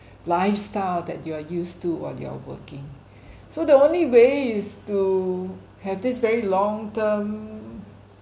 lifestyle that you are used to while you are working so the only way is to have this very long term